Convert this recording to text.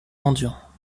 mendiants